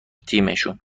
تیمشون